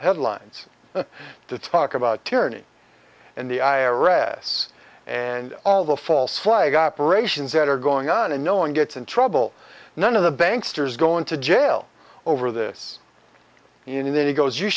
headlines to talk about tyranny and the i r s and all the false flag operations that are going on and no one gets in trouble none of the banks there is going to jail over this in that he goes you